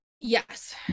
Yes